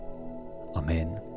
amen